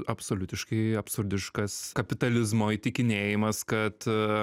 absoliutiškai absurdiškas kapitalizmo įtikinėjimas kad